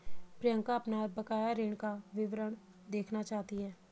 प्रियंका अपना बकाया ऋण का विवरण देखना चाहती है